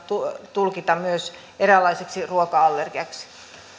tulkita myös eräänlaiseksi ruoka allergiaksi